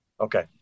Okay